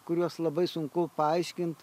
kuriuos labai sunku paaiškint